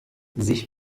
sich